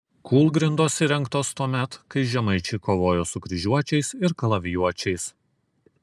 kūlgrindos įrengtos tuomet kai žemaičiai kovojo su kryžiuočiais ir kalavijuočiais